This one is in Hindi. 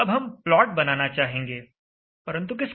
अब हम प्लॉट बनाना चाहेंगे परंतु किसका